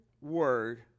word